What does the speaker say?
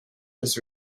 has